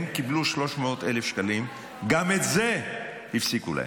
הם קיבלו 300,000 שקלים, וגם את זה הפסיקו להם.